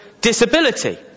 disability